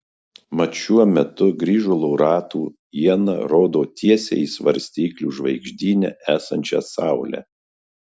mat šiuo metu grįžulo ratų iena rodo tiesiai į svarstyklių žvaigždyne esančią saulę